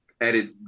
edit